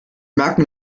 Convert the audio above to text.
merken